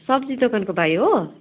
सब्जी दोकानको भाइ हो